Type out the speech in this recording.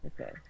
Okay